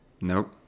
Nope